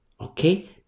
Okay